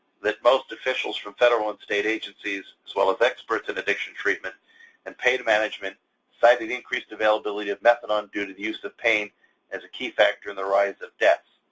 that most officials from federal and state agencies, as well as experts in addiction treatment and pain management cited increased availability of methadone due to the use of pain as a key factor in the rise of deaths.